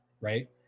right